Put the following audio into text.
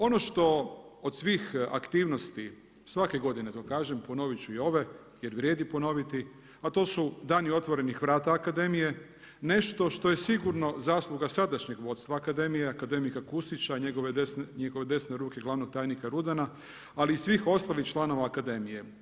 Ono što od svih aktivnosti, svake godine to kažem, ponoviti ću i ove jer vrijedi ponoviti a to su dani otvorenih vrata Akademije, nešto što je sigurno zasluga sadašnjeg vodstva Akademije, akademika Kusića i njegove desne ruke, glavnog tajnika Rudana ali i svih ostalih članova Akademije.